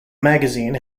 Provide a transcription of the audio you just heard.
magazine